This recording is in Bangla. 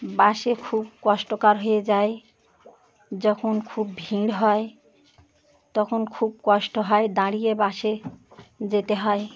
বাসে খুব কষ্টকর হয়ে যায় যখন খুব ভিড় হয় তখন খুব কষ্ট হয় দাঁড়িয়ে বাসে যেতে হয়